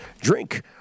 Drink